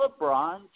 LeBron